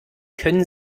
können